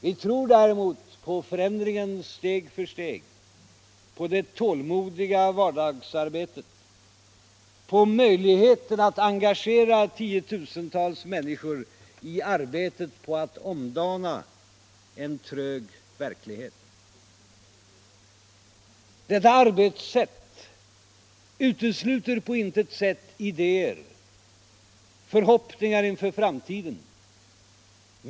Vi tror däremot på förändringen steg för steg, på det tålmodiga vardagsarbetet, på möjligheten att engagera 10 000-tals människor i arbetet på att omdana en trög verklighet. Detta arbetssätt utesluter på intet sätt idéer och förhoppningar inför framtiden.